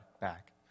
back